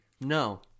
No